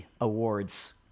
awards